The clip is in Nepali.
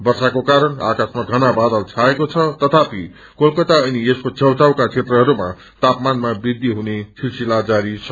वर्षाको कारण आकाशमा घना बादल छएको छ तथापि कोलकाता अनियसको छेउछाउका क्षेत्रहक्ष्मा तापमानमा वृद्धि हुने सिलसिला जारी छ